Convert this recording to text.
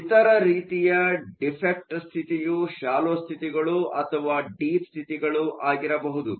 ಇತರ ರೀತಿಯ ಡಿಫೆ಼ಕ್ಟ್ ಸ್ಥಿತಿಯು ಶಾಲ್ಲೋ ಸ್ಥಿತಿಗಳು ಅಥವಾ ಡೀಪ್ ಸ್ಥಿತಿಗಳು ಆಗಿರಬಹುದು